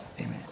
Amen